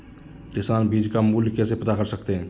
किसान बीज का मूल्य कैसे पता कर सकते हैं?